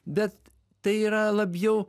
bet tai yra labiau